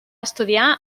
estudiar